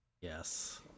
yes